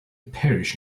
parish